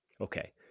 Okay